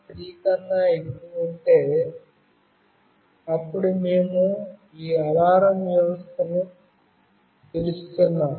30 కన్నా ఎక్కువగా ఉంటే అప్పుడు మేము ఈ అలారం వ్యవస్థను పిలుస్తున్నాము